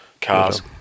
Cars